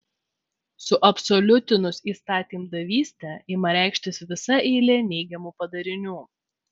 suabsoliutinus įstatymdavystę ima reikštis visa eilė neigiamų padarinių